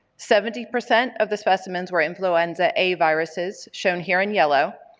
seventy percent of the specimens were influenza a viruses, shown here in yellow,